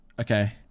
okay